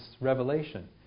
revelation